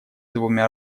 двумя